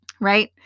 right